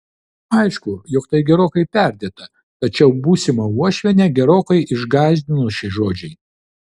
aišku jog tai gerokai perdėta tačiau būsimą uošvienę gerokai išgąsdino šie žodžiai